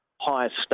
highest